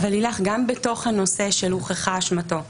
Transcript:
גם בתוך הנושא של הוכחה אשמתו,